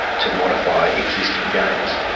to modify existing games.